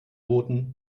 booten